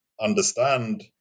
understand